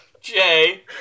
Jay